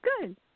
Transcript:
good